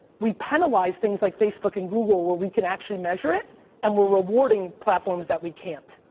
we penalize things like facebook and google where we can actually measure it and we're rewarding platforms that we can't.